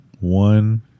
one